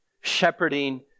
shepherding